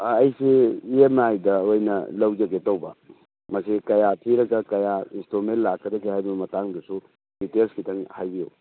ꯑꯥ ꯑꯩꯁꯦ E M ꯑꯥꯏꯗ ꯑꯣꯏꯅ ꯂꯧꯖꯒꯦ ꯇꯧꯕ ꯃꯁꯤ ꯀꯌꯥ ꯊꯤꯔꯒ ꯀꯌꯥ ꯏꯟꯁꯇꯣꯜꯃꯦꯟ ꯂꯥꯛꯀꯗꯒꯦ ꯍꯥꯏꯕꯒꯤ ꯃꯇꯥꯡꯗꯁꯨ ꯗꯤꯇꯦꯜꯁ ꯈꯤꯇꯪ ꯍꯥꯏꯕꯤꯌꯨ